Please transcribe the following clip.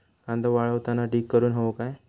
कांदो वाळवताना ढीग करून हवो काय?